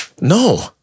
No